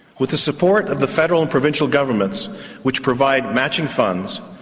with the support of the federal and provincial governments which provide matching funds,